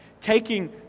Taking